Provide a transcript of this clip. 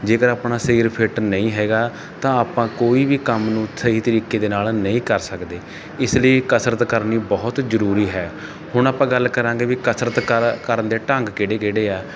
ਜੇਕਰ ਆਪਣਾ ਸਰੀਰ ਫਿੱਟ ਨਹੀਂ ਹੈਗਾ ਤਾਂ ਆਪਾਂ ਕੋਈ ਵੀ ਕੰਮ ਨੂੰ ਸਹੀ ਤਰੀਕੇ ਦੇ ਨਾਲ ਨਹੀਂ ਕਰ ਸਕਦੇ ਇਸ ਲਈ ਕਸਰਤ ਕਰਨੀ ਬਹੁਤ ਜ਼ਰੂਰੀ ਹੈ ਹੁਣ ਆਪਾਂ ਗੱਲ ਕਰਾਂਗੇ ਵੀ ਕਸਰਤ ਕਰ ਕਰਨ ਦੇ ਢੰਗ ਕਿਹੜੇ ਕਿਹੜੇ ਹੈ